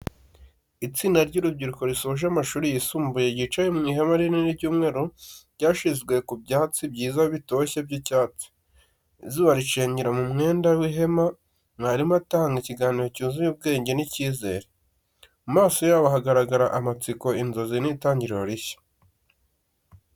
Itsinda ry’urubyiruko rusoje amashuri yisumbuye ryicaye mu ihema rinini ry’umweru ryashyizwe ku byatsi byiza bitoshye by’icyatsi. Izuba riracengera mu mwenda w’ihema, mwarimu atanga ikiganiro cyuzuyemo ubwenge n’icyizere. Mu maso yabo hagaragara amatsiko, inzozi, n’itangiriro rishya.